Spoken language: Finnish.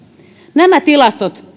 nämä tilastot